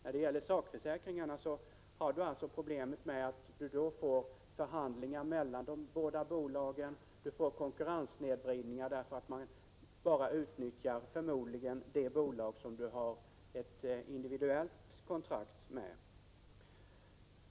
När det gäller sakförsäkringarna har man problemet med förhandlingar mellan de båda bolagen. Vi får konkurrenssnedvridningar, eftersom man förmodligen utnyttjar bara det bolag där man har ett individuellt kontrakt.